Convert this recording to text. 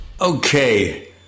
Okay